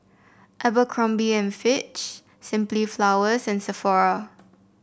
Abercrombie and Fitch Simply Flowers and Sephora